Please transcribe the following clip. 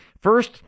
First